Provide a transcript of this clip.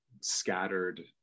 scattered